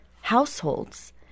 households